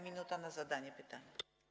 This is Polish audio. Minuta na zadanie pytania.